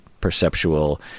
perceptual